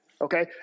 okay